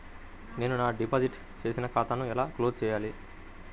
నేను నా డిపాజిట్ చేసిన ఖాతాను ఎలా క్లోజ్ చేయాలి?